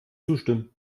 zustimmen